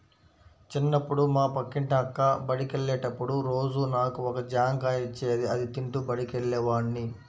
చిన్నప్పుడు మా పక్కింటి అక్క బడికెళ్ళేటప్పుడు రోజూ నాకు ఒక జాంకాయ ఇచ్చేది, అది తింటూ బడికెళ్ళేవాడ్ని